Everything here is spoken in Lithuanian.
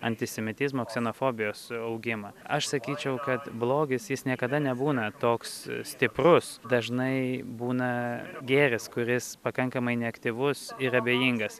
antisemitizmo ksenofobijos augimą aš sakyčiau kad blogis jis niekada nebūna toks stiprus dažnai būna gėris kuris pakankamai neaktyvus ir abejingas